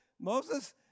Moses